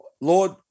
Lord